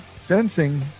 sensing